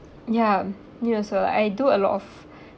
ya need also I do a lot of